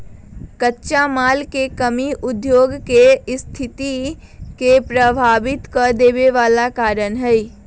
कच्चा माल के कमी उद्योग के सस्थिति के प्रभावित कदेवे बला कारण हई